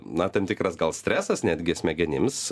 na tam tikras gal stresas netgi smegenims